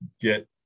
Get